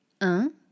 Un